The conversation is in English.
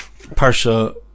Parsha